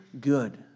good